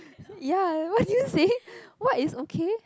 ya what did you say what is okay